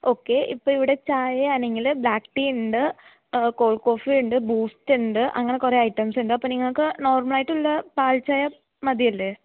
okay ഇപ്പോള് ഇവിടെ ചായ ആണെങ്കില് ബ്ലാക്ക് ടീയുണ്ട് കോൾഡ് കോഫിയുണ്ട് ബൂസ്റ്റുണ്ട് അങ്ങനെ കുറെ ഐറ്റംസുണ്ട് അപ്പോള് നിങ്ങള്ക്ക് നോർമലായിട്ടുള്ള പാൽച്ചായ മതിയല്ലോ